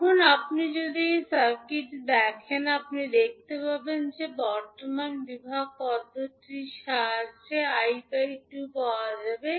এখন আপনি যদি এই সার্কিটটি দেখেন আপনি দেখতে পাবেন যে বর্তমান বিভাগ পদ্ধতিটির সাহায্যে 𝐼2 পাওয়া যাবে